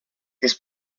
this